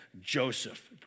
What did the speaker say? Joseph